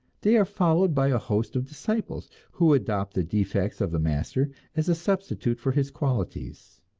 they are followed by a host of disciples, who adopt the defects of the master as a substitute for his qualities.